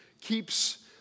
keeps